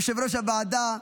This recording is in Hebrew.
יושב-ראש הועדה,